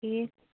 ٹھیٖک